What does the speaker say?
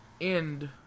end